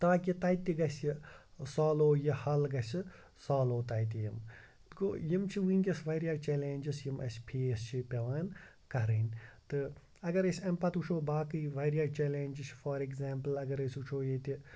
تاکہِ تَتہِ تہِ گژھِ یہِ سالو یہِ حل گژھِ سالو تَتہِ یِم گوٚو یِم چھِ وٕنکٮ۪س واریاہ چلینٛجٕس یِم اَسہِ فیس چھِ پٮ۪وان کَرٕنۍ تہٕ اگر أسۍ اَمہِ پَتہٕ وٕچھو باقٕے واریاہ چلینٛجٕس چھِ فار اٮ۪گزامپٕل اگر أسۍ وٕچھو ییٚتہِ